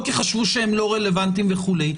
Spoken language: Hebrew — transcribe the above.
או כי חשבו שהם לא רלוונטיים וכולי,